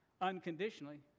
unconditionally